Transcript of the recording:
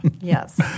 Yes